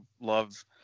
love